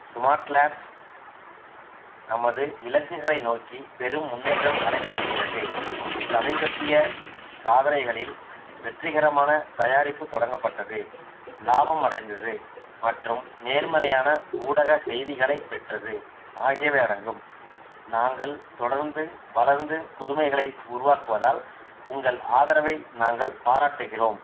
smart Labs நமது இலக்குகளை நோக்கி பெரும் முன்னேற்றம் அடைந்து வருகிறது சமீபத்திய சாதனைகளில் வெற்றிகரமான தயாரிப்பு தொடங்கப்பட்டது லாபம் அடைந்தது மற்றும் நேர்மறையான ஊடக செய்திகளைப் பெற்றது ஆகியவை அடங்கும் நாங்கள் தொடர்ந்து வளர்ந்து புதுமைகளை உருவாக்குவதால் உங்கள் ஆதரவை நாங்கள் பாராட்டுகிறோம்